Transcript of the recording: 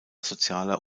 sozialer